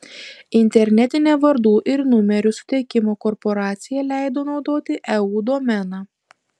internetinė vardų ir numerių suteikimo korporacija leido naudoti eu domeną